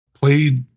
played